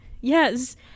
yes